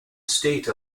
state